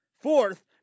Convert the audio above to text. Fourth